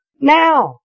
now